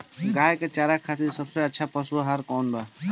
गाय के चारा खातिर सबसे अच्छा पशु आहार कौन बा?